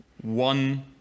one